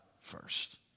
first